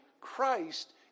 Christ